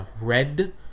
Red